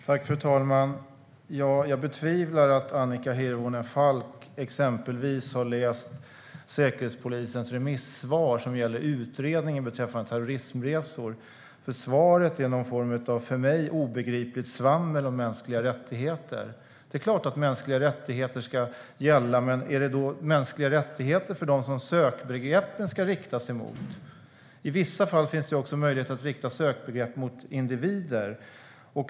Fru talman! Jag betvivlar att Annika Hirvonen Falk exempelvis har läst Säkerhetspolisens remissvar som gäller utredningen beträffande terrorismresor, för svaret här är någon form av för mig obegripligt svammel om mänskliga rättigheter. Det är klart att mänskliga rättigheter ska gälla, men är det då mänskliga rättigheter för dem som sökbegreppen ska rikta sig mot som det ska handla om? I vissa fall finns det också möjlighet att rikta sökbegrepp mot individer.